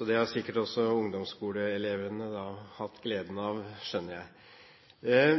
Det har sikkert også ungdomsskoleelevene hatt gleden av, skjønner jeg.